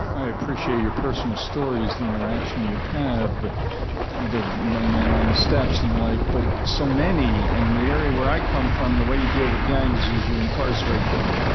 i appreciate your personal stories, the interaction you have, but the young man on the steps, and the like. but so many in the area where i come from the way you deal with gangs is, you incarcerate them.